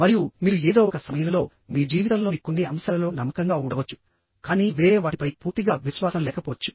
మరియు మీరు ఏదో ఒక సమయంలో మీ జీవితంలోని కొన్ని అంశాలలో నమ్మకంగా ఉండవచ్చు కానీ వేరే వాటిపై పూర్తిగా విశ్వాసం లేకపోవచ్చు